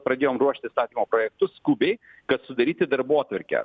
pradėjom ruošti įstatymų projektus skubiai kad sudaryti darbotvarkę